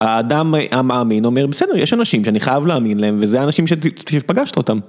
האדם המאמין אומר בסדר יש אנשים שאני חייב להאמין להם וזה האנשים שפגשת אותם.